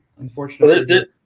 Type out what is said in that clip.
unfortunately